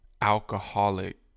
alcoholic